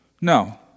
No